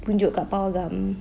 tunjuk kat pawagam